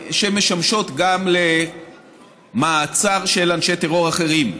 שמשמשות גם למעצר של אנשי טרור אחרים.